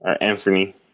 Anthony